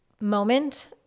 moment